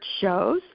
shows